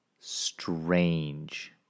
strange